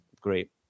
great